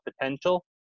potential